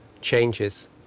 changes